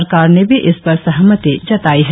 सरकार ने भी इस पर सहमति जतायी है